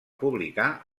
publicar